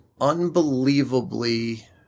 unbelievably –